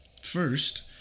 First